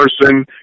person